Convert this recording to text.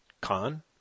con